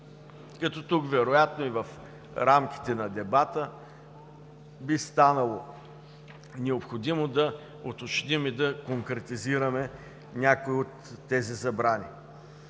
като тук вероятно и в рамките на дебата, би станало необходимо да уточним и да конкретизираме някои от тези забрани.